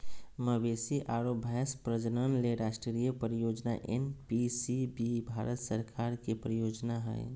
मवेशी आरो भैंस प्रजनन ले राष्ट्रीय परियोजना एनपीसीबीबी भारत सरकार के परियोजना हई